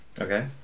okay